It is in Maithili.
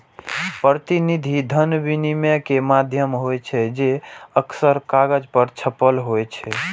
प्रतिनिधि धन विनिमय के माध्यम होइ छै, जे अक्सर कागज पर छपल होइ छै